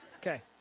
Okay